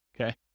okay